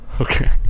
Okay